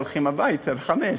הולכים הביתה ב-17:00,